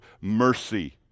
mercy